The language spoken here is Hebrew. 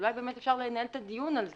אולי אפשר לקיים את הדיון על זה.